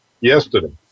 yesterday